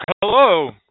Hello